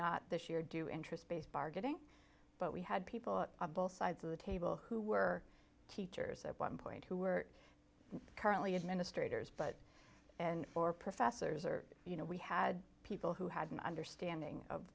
not this year do interest based bargaining but we had people on both sides of the table who were teachers at one point who were currently administrators but and or professors or you know we had people who had an understanding of